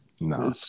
No